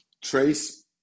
trace